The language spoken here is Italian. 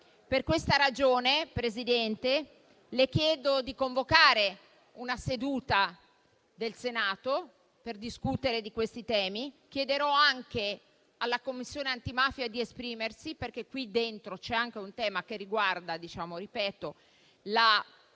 Per questa ragione, signor Presidente, le chiedo di convocare una seduta del Senato per discutere di questi temi. Chiederò anche alla Commissione antimafia di esprimersi, perché qui dentro c'è anche un tema che riguarda il fatto